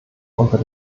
unter